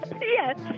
Yes